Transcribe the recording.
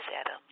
Adam